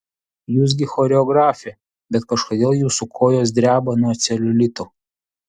jūs gi choreografė bet kažkodėl jūsų kojos dreba nuo celiulito